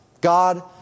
God